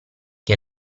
che